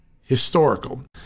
historical